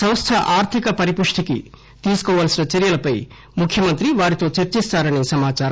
సంస్థ ఆర్థిక పరిపుష్టికి తీసుకోవలసిన చర్యలపై ముఖ్యమంత్రి వారితో చర్చిస్తారని సమాచారం